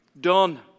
done